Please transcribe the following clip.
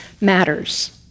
matters